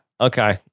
okay